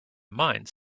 mines